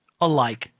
alike